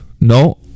No